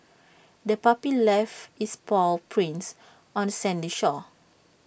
the puppy left its paw prints on the sandy shore